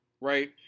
right